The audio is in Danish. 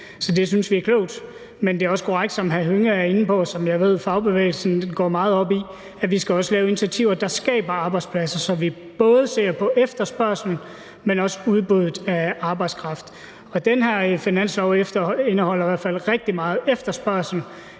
det synes vi er klogt. Men der er også korrekt, som hr. Karsten Hønge er inde på – som jeg ved at fagbevægelsen går meget op i – at vi også skal lave initiativer, som skaber arbejdspladser, så vi både ser på efterspørgslen, men også på udbuddet af arbejdskraft. Og den her finanslov indeholder i hvert fald rigtig meget i forhold